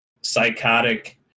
psychotic